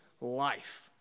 life